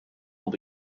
will